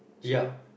so